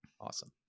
Awesome